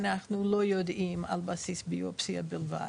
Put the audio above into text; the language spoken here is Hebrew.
אנחנו לא יודעים על בסיס ביופסיה בלבד,